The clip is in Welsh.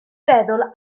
feddwl